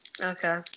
Okay